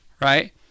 right